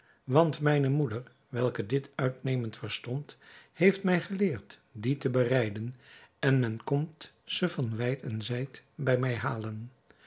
want mijne moeder welke dit uitnemend verstond heeft mij geleerd die te bereiden en men komt ze van wijd en zijd bij mij halen